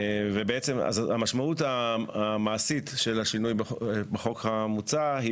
המשמעות המעשית של השינוי בחוק המוצע היא